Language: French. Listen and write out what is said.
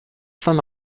saint